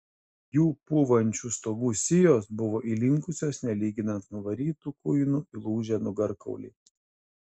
jų pūvančių stogų sijos buvo įlinkusios nelyginant nuvarytų kuinų įlūžę nugarkauliai